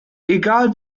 egal